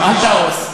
אל תהרוס.